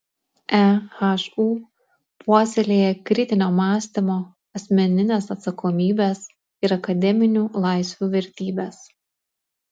ehu puoselėja kritinio mąstymo asmeninės atsakomybės ir akademinių laisvių vertybes